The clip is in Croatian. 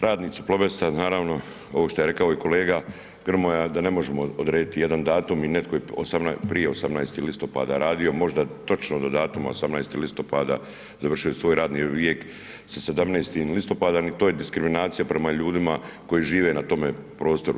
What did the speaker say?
Radnici Plobesta naravno ovo što je rekao i kolega Grmoja da ne možemo odrediti jedan datum i netko je prije 18. listopada radio, možda točno do datuma 18. listopada završio je svoj radni vijek sa 17. listopada, to je diskriminacija prema ljudima koji žive na tome prostoru.